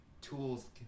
tools